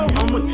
I'ma